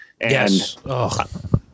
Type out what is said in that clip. Yes